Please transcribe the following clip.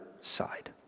side